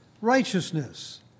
righteousness